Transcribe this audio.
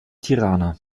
tirana